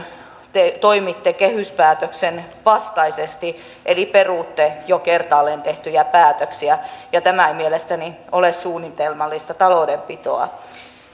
toimitte kehyspäätöksen vastaisesti eli perutte jo kertaalleen tehtyjä päätöksiä ja tämä ei mielestäni ole suunnitelmallista taloudenpitoa